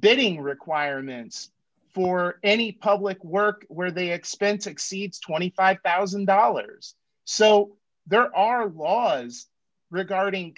bidding requirements for any public work where they expense exceeds twenty five thousand dollars so there are laws regarding